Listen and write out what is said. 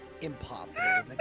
Impossible